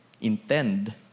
intend